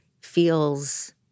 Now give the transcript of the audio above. feels